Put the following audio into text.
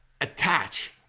Attach